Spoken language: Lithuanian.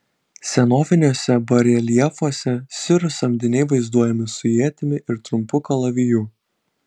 senoviniuose bareljefuose sirų samdiniai vaizduojami su ietimi ir trumpu kalaviju